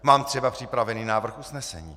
Mám třeba připravený návrh usnesení.